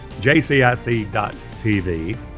JCIC.tv